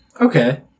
Okay